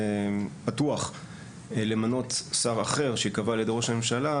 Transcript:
פתוח למנות שר אחר שיקבע על ידי ראש הממשלה,